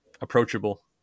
approachable